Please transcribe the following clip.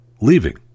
leaving